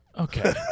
Okay